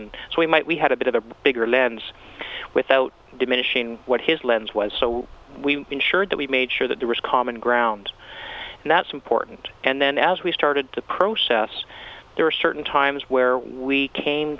and so we might we had a bit of a bigger lens without diminishing what his lens was so we ensured that we made sure that the risk common ground and that's important and then as we started to process there are certain times where we came